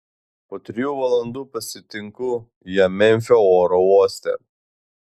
po trijų valandų pasitinku ją memfio oro uoste